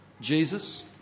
Jesus